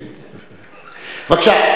בבקשה.